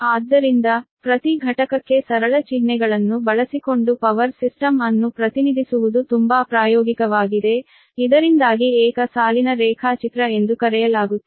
ಆದ್ದರಿಂದ ಪ್ರತಿ ಘಟಕಕ್ಕೆ ಸರಳ ಚಿಹ್ನೆಗಳನ್ನು ಬಳಸಿಕೊಂಡು ಪವರ್ ಸಿಸ್ಟಮ್ ಅನ್ನು ಪ್ರತಿನಿಧಿಸುವುದು ತುಂಬಾ ಪ್ರಾಯೋಗಿಕವಾಗಿದೆ ಇದರಿಂದಾಗಿ ಏಕ ಸಾಲಿನ ರೇಖಾಚಿತ್ರ ಎಂದು ಕರೆಯಲಾಗುತ್ತದೆ